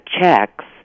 checks